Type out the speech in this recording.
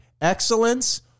excellence